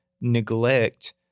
neglect